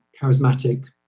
charismatic